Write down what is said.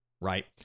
right